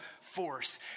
force